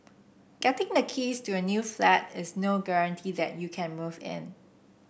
getting the keys to a new flat is no guarantee that you can move in